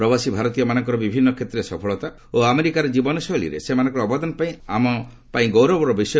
ପ୍ରବାସୀ ଭାରତୀୟମାନଙ୍କର ବିଭିନ୍ନ କ୍ଷେତ୍ରରେ ସଫଳତା ଓ ଆମେରିକାର ଜୀବନଶୈଳୀରେ ସେମାନଙ୍କର ଅବଦାନ ଆମ ପାଇଁ ଗୌରବର ବିଷୟ